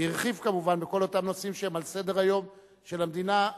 הרחיב כמובן בכל אותם נושאים שהם על סדר-היום של המדינה.